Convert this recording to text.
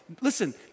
Listen